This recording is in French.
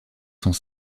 sont